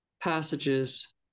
passages